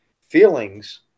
feelings